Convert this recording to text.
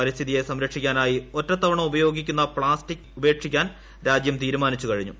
പരിസ്ഥിതിയെ സംരക്ഷിക്കാനായി ഒറ്റത്തവണ ഉപയോഗിക്കുന്ന പ്ലാസ്റ്റിക് ഉപേക്ഷിക്കാൻ രാജ്യം തീരുമാനിച്ചു കഴിഞ്ഞു